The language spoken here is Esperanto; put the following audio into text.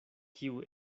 kiu